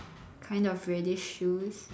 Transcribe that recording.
kind of reddish shoes